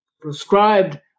prescribed